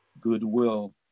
goodwill